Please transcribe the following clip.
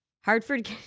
Hartford